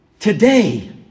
Today